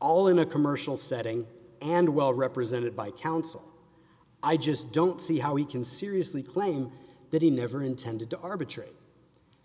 all in a commercial setting and well represented by counsel i just don't see how he can seriously claim that he never intended to arbitrate